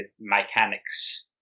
mechanics